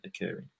occurring